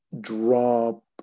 drop